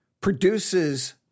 produces